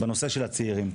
בנושא של הצעירים.